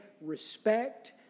respect